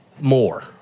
more